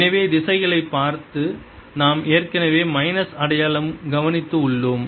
எனவே திசைகளைப் பார்த்து நாம் ஏற்கனவே மைனஸ் அடையாளம் கவனித்து உள்ளோம்